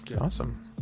Awesome